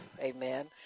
Amen